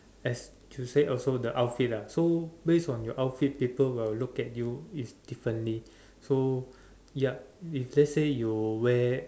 as to say also the outfit ah so based on your outfit people will look at you is differently so yup if let's say you wear